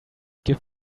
give